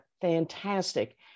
fantastic